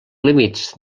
límits